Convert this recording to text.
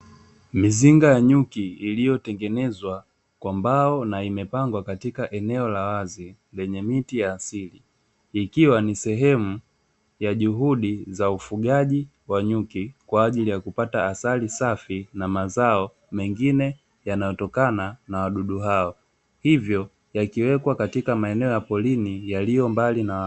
Mizinga ya nyuki iliyotengenezwa kwa mbao na imepangwa katika eneo la wazi lenye miti ya asili ikiwa ni sehemu ya juhudi za ufugaji wa nyuki kwa ajili ya kupata asali safi na mazao mengine yanayotokana na wadudu hao hivyo yakiwekwa katika maeneo ya porini yaliyo mbali na watu.